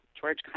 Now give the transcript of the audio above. George